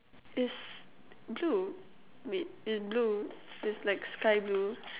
it's blue wait it's blue it's like sky blue